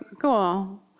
cool